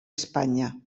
espanya